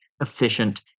efficient